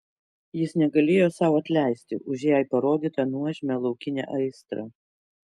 jis negalėjo sau atleisti už jai parodytą nuožmią laukinę aistrą